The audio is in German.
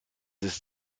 ist